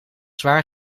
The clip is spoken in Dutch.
zwaar